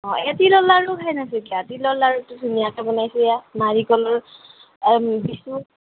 অ এ তিলৰ লাৰু খাই তিলৰ লাৰুটো ধুনীয়াকৈ বনাইছোঁ এইয়া নাৰিকলৰ দিছোঁ